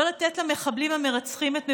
לא לתת למחבלים המרצחים את מבוקשם.